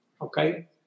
okay